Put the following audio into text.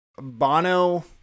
Bono